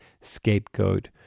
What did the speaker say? scapegoat